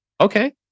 Okay